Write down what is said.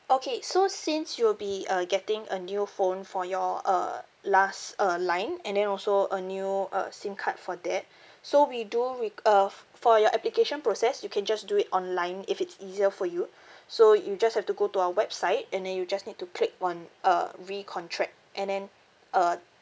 okay so since you will be uh getting a new phone for your uh last uh line and then also a new uh SIM card for that so we do req~ uh f~ for your application process you can just do it online if it's easier for you so you just have to go to our website and then you just need to click on uh recontract and then uh